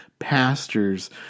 pastors